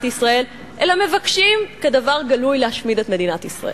ישראל אלא מבקשים כדבר גלוי להשמיד את מדינת ישראל.